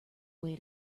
way